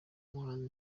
umuhanzi